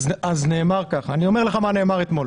אני אומר לך מה נאמר אתמול.